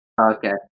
Okay